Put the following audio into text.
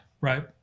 right